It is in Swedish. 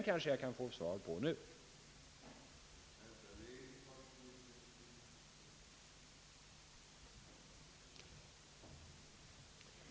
Kanske kan jag få svar på den nu?